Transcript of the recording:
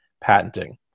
patenting